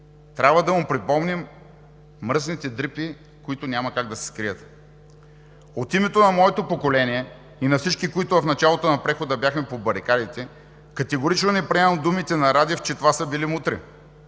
трябва да му припомним мръсните дрипи, които няма как да се скрият. От името на моето поколение и на всички, които в началото на прехода бяхме по барикадите, категорично не приемам думите на Радев, че това са били мутри.